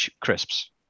crisps